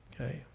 Okay